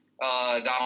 Donald